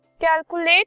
Calculate